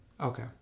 Okay